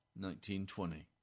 1920